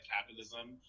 capitalism